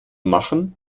machen